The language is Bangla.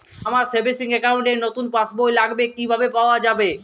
আমার সেভিংস অ্যাকাউন্ট র নতুন পাসবই লাগবে কিভাবে পাওয়া যাবে?